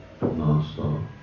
nonstop